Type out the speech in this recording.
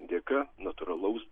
dėka natūralaus